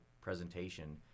presentation